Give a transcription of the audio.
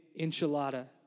enchilada